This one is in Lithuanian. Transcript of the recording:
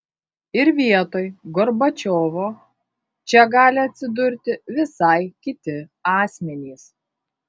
ir vietoj gorbačiovo čia gali atsidurti visai kiti asmenys